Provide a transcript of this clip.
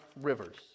rivers